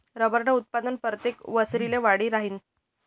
रबरनं उत्पादन परतेक वरिसले वाढी राहीनं